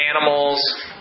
animals